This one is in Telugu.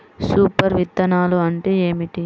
సూపర్ విత్తనాలు అంటే ఏమిటి?